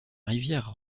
rivière